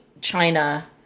China